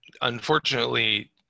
unfortunately